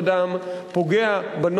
פוגע בזכויות אדם,